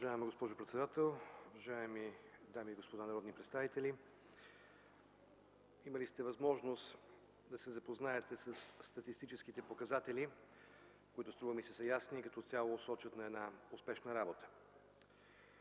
Уважаеми господин председател, уважаеми дами и господа народни представители! Имали сте възможност да се запознаете със статистическите показатели, които струва ми се са ясни и като цяло сочат успешна работа.